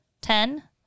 Ten